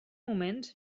moments